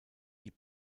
die